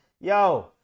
Yo